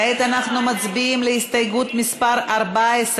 כעת אנחנו מצביעים על הסתייגות מס' 14,